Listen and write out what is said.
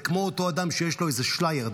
זה כמו אותו אדם שיש לו איזה שלייר,